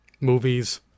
movies